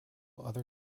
other